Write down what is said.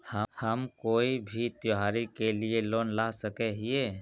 हम कोई भी त्योहारी के लिए लोन ला सके हिये?